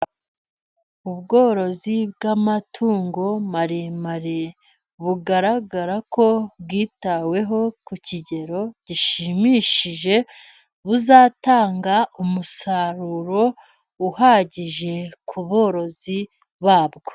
Ubworozi bw'amatungo maremare bugaragarako bwitaweho ku kigero gishimishije, buzatanga umusaruro uhagije ku borozi babwo.